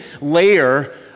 layer